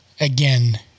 again